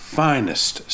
finest